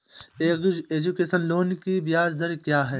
Education loan की ब्याज दर क्या है?